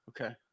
Okay